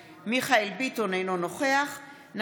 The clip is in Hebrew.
אינו נוכח מיכאל מרדכי ביטון,